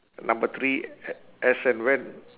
number three a~ as and when